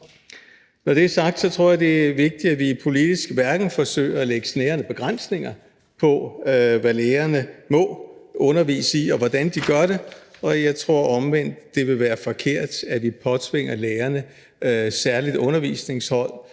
Når det er sagt, tror jeg, det er vigtigt, at vi politisk ikke forsøger at lægge snærende begrænsninger på, hvad lærerne må undervise i, og hvordan de gør det, og jeg tror også, at det vil være forkert, hvis vi påtvinger lærerne særlige undervisningsemner